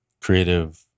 creative